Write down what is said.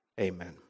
amen